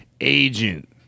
Agent